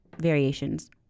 variations